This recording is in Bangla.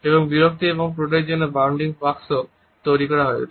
এবং বিরক্তি ও ক্রোধের জন্য বাউন্ডিং বাক্স তৈরি করা হয়েছে